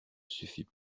suffit